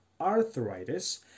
arthritis